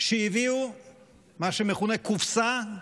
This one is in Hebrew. שהביאו היום מה שמכונה "קופסה",